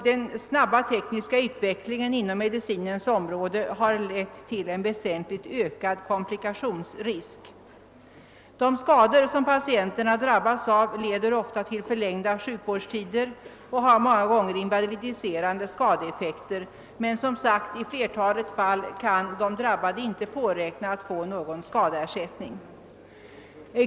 Den snabba tekniska utvecklingen inom medicinens område har lett till en väsentligt ökad komplikationsrisk. De skador som patienterna drabbas av leder ofta till förlängda sjukvårdstider och har många gånger invalidiserande skadeeffekter. Men i flertalet fall kan som sagt de drabbade inte påräkna någon skadeersättning.